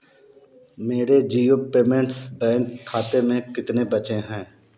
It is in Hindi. मेरे जिओ पेमेंट्स बैंक खाते में कितने बचे हैं